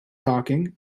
talking